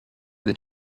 than